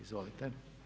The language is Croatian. Izvolite.